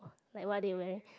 like what they wearing